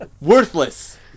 Worthless